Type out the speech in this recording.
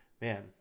man